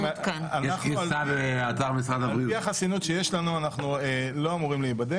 על פי החסינות שיש לנו אנחנו לא אמורים להיבדק.